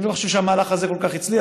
אני לא חושב שהמהלך הזה כל כך הצליח,